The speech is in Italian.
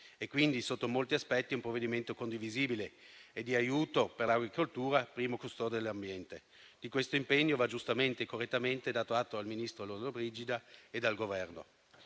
è quindi, sotto molti aspetti, un provvedimento condivisibile e di aiuto per l'agricoltura, primo custode dell'ambiente. Di questo impegno va giustamente e correttamente dato atto al ministro Lollobrigida e al Governo.